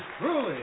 truly